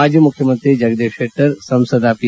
ಮಾಜಿ ಮುಖ್ಯಮಂತ್ರಿ ಜಗದೀಶ್ ಶೆಟ್ಟರ್ ಸಂಸದ ಪಿ